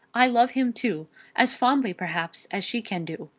i love him too as fondly, perhaps, as she can do.